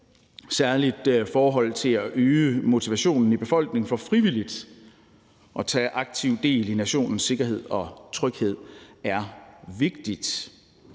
Særlig forholdet til at øge motivationen i befolkningen for frivilligt at tage aktiv del i nationens sikkerhed og tryghed er vigtigt.